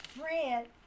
bread